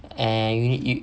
and you ne~ you